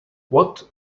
what